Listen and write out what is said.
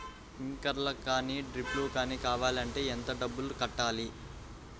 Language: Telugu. స్ప్రింక్లర్ కానీ డ్రిప్లు కాని కావాలి అంటే ఎంత డబ్బులు కట్టాలి?